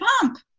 pump